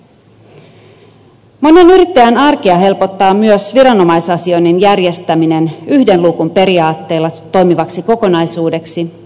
monen yrittäjän arkea hel pottaa myös viranomaisasioinnin järjestäminen yhden luukun periaatteella toimivaksi kokonaisuudeksi